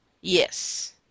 Yes